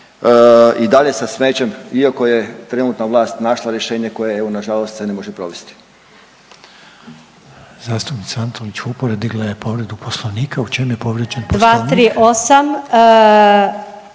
i dalje sa smećem iako je trenutna vlast našla rješenje koje evo nažalost se ne može provesti. **Reiner, Željko (HDZ)** Zastupnica Antolić Vupora digla je povredu poslovnika, u čem je povrijeđen poslovnik?